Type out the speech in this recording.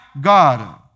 God